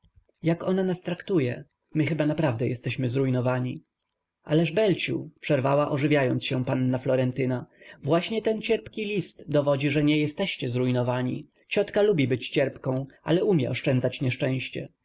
jak ona nas traktuje my chyba naprawdę jesteśmy zrujnowani ależ belciu przerwała ożywiając się panna florentyna właśnie ten cierpki list dowodzi że nie jesteście zrujnowani ciotka lubi być cierpką ale umie oszczędzać nieszczęście